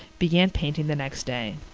began painting the next day.